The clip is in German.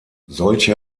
solche